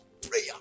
prayer